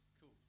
Cool